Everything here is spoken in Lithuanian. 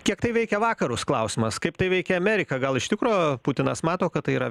kiek tai veikia vakarus klausimas kaip tai veikia ameriką gal iš tikro putinas mato kad tai yra